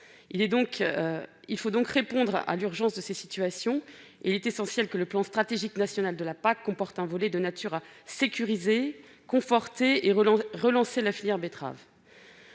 Il faut répondre à cette urgence, et il est essentiel que le plan stratégique national de la PAC comporte un volet de nature à sécuriser, conforter et relancer la filière de la betterave.